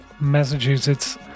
Massachusetts